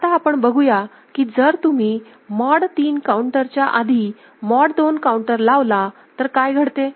आता आपण बघूया की जर तुम्ही मॉड 3 काऊंटरच्या आधी मॉड 2 काऊंटर लावला तर काय घडते